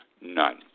none